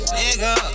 nigga